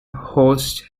hosts